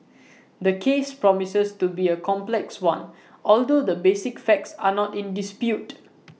the case promises to be A complex one although the basic facts are not in dispute